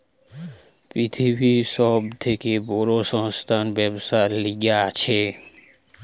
পৃথিবীর সব থেকে বড় সংস্থা ব্যবসার লিগে আছে